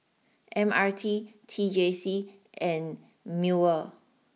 M R T T J C and Mewr